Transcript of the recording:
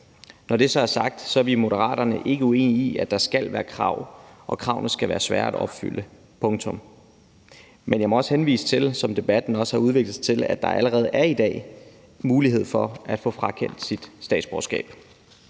Når det så er sagt, er vi i Moderaterne ikke uenige i, at der skal være krav og kravene skal være svære at opfylde – punktum. Men jeg må også henvise til, hvilket også har fremgået af debatten, at der allerede i dag er mulighed for, at man kan få frakendt sit statsborgerskab.